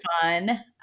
fun